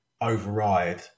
override